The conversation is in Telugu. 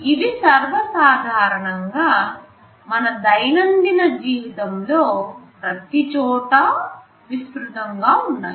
ఇవి సర్వసాధారణంగా మన దైనందిన జీవితంలోప్రతిచోటా విస్తృతంగా ఉన్నాయి